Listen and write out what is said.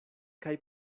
kaj